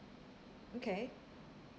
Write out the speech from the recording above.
okay